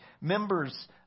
members